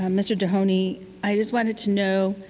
um mr. dohoney, i just wanted to know,